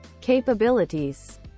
capabilities